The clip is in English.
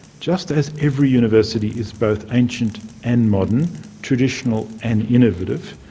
just as every university is both ancient and modern traditional and innovative,